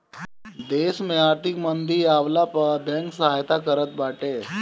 देस में आर्थिक मंदी आवला पअ बैंक सहायता करत बाटे